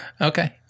Okay